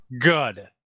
good